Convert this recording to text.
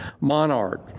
Monarch